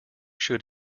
should